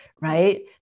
right